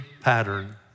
pattern